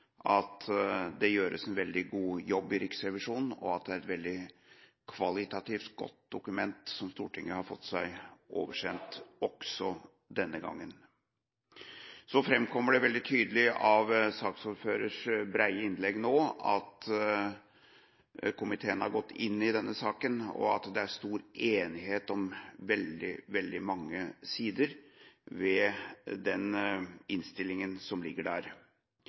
at det gjøres en veldig god jobb i Riksrevisjonen, og at det er et veldig kvalitativt godt dokument som Stortinget har fått seg oversendt – også denne gangen. Så framkommer det veldig tydelig av saksordførerens brede innlegg at komiteen har gått inn i denne saken, og at det er stor enighet om veldig, veldig mange sider ved den innstillingen som ligger